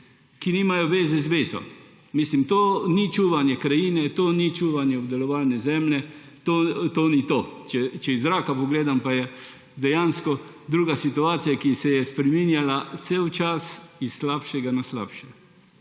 ki nimajo veze z vezo. Mislim, to ni čuvanje krajine, to ni čuvanje obdelovalne zemlje, to ni to. Če iz zraka pogledam, pa je dejansko druga situacija, ki se je spreminjala cel čas s slabega na slabše.